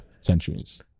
Centuries